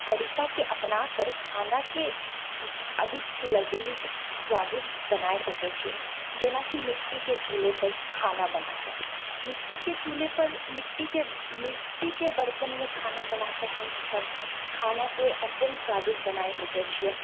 तरीकाकेँ अपनाकर खानाके अधिक लजीज स्वादिष्ट बनाय सकैत छियै जेनाकि मिट्टीके चूल्हेपर खाना बनाकर मिट्टीके चूल्हेपर मिट्टीके मिट्टीके बर्तनमे खाना बनाकर हमसभ खानाके अत्यन्त स्वादिष्ट बना सकैत छियै